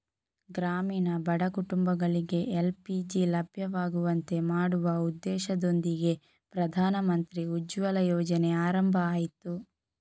ಗ್ರಾಮೀಣ ಬಡ ಕುಟುಂಬಗಳಿಗೆ ಎಲ್.ಪಿ.ಜಿ ಲಭ್ಯವಾಗುವಂತೆ ಮಾಡುವ ಉದ್ದೇಶದೊಂದಿಗೆ ಪ್ರಧಾನಮಂತ್ರಿ ಉಜ್ವಲ ಯೋಜನೆ ಆರಂಭ ಆಯ್ತು